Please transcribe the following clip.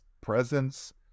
presence